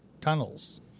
tunnels